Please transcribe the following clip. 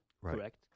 correct